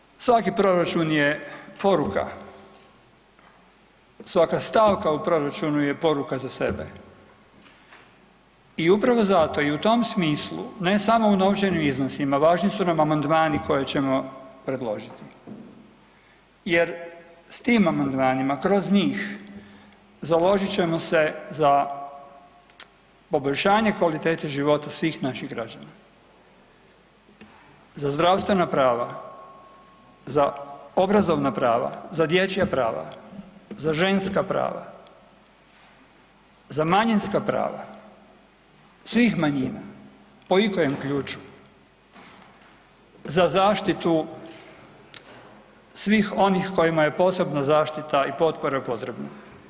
I na kraju, svaki proračun je poruka, svaka stavka u proračunu je poruka za sebe i upravo zato i u tom smislu ne samo u novčanim iznosima važni su nam amandmani koje ćemo predložiti jer s tim amandmanima kroz njih založit ćemo se za poboljšanje kvalitete života svih naših građana, za zdravstvena prava, za obrazovna prava, za dječja prava, za ženska prava, za manjinska prava svih manjina po ikojem ključu, za zaštitu svih onih kojima je posebno zaštita i potpora potrebna.